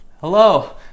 Hello